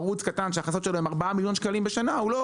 ערוץ קטן שההכנסות שלו 4 מיליון שקלים בשנה הוא לא